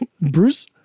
Bruce